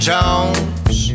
Jones